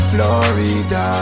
Florida